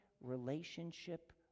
relationship